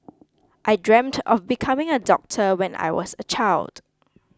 I dreamt of becoming a doctor when I was a child